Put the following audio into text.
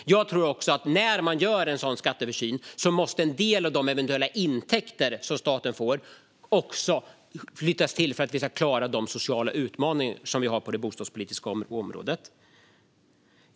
När man gör en sådan skatteöversyn tror jag också att en del av de eventuella intäkter som staten får måste flyttas för att vi ska klara de sociala utmaningar som vi har på det bostadspolitiska området.